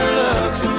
looks